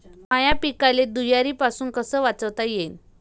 माह्या पिकाले धुयारीपासुन कस वाचवता येईन?